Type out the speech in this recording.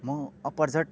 म अपर्झट